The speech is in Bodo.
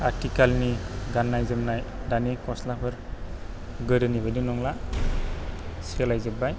आथिखालनि गान्नाय जोमनाय दानि गस्लाफोर गोदोनि बायदि नंला सोलायजोबबाय